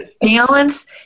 balance